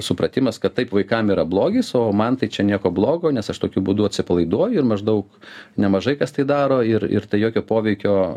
supratimas kad taip vaikam yra blogis o man tai čia nieko blogo nes aš tokiu būdu atsipalaiduoju ir maždaug nemažai kas tai daro ir ir tai jokio poveikio